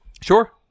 Sure